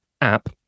app